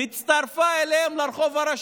הצטרפה אליהם לרחוב הראשי.